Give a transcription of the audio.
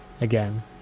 again